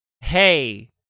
Hey